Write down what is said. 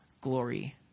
Glory